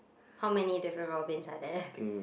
how many different Robins are there